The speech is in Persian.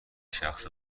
شخص